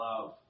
love